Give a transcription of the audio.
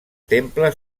temple